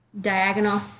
diagonal